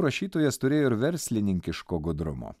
rašytojas turėjo ir verslininkiško gudrumo